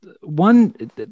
one